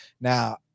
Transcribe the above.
Now